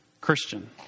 Christian